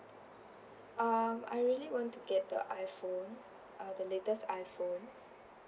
um I really want to get the iphone uh the latest iphone